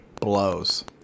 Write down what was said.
blows